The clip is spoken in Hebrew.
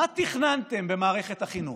מה תכננתם במערכת החינוך?